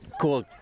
Cool